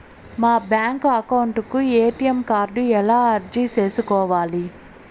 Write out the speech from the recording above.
మా bank account కు ATM card ఎలా అర్జీ సేసుకోవాలి?